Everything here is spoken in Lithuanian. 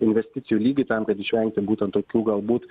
investicijų lygį tam kad išvengti būtent tokių galbūt